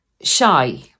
shy